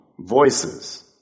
voices